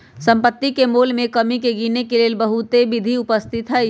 सम्पति के मोल में कमी के गिनेके लेल बहुते विधि उपस्थित हई